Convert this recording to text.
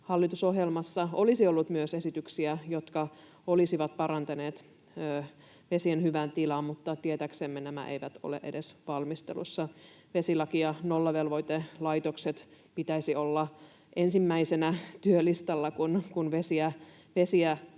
Hallitusohjelmassa olisi ollut myös esityksiä, jotka olisivat parantaneet vesien hyvän tilan, mutta tietääksemme nämä eivät ole edes valmistelussa. Vesilaki ja nollavelvoitelaitokset pitäisi olla ensimmäisenä työlistalla, kun vesiä koskevaa